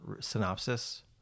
synopsis